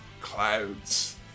Clouds